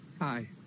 Hi